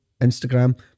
instagram